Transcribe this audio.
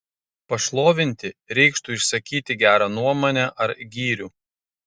pašlovinti reikštų išsakyti gerą nuomonę ar gyrių